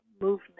movement